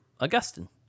Augustine